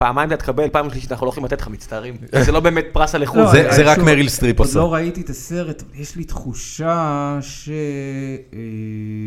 פעמיים להתקבל, פעמים שלישית אנחנו לא יכולים לתת לך מצטערים. זה לא באמת פרס על איכות, זה רק מריל סטריפ עושה. לא ראיתי את הסרט, יש לי תחושה ש...